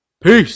Peace